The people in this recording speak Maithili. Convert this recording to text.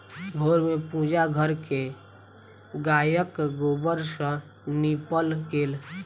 भोर में पूजा घर के गायक गोबर सॅ नीपल गेल